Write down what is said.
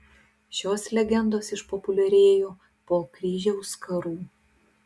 šios legendos išpopuliarėjo po kryžiaus karų